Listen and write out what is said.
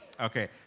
Okay